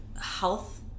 health